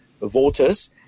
voters